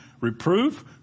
reproof